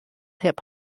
hip